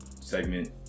segment